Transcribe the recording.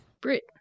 Brit